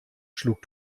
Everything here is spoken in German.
schlug